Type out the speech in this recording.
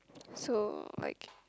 so like